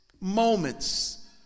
moments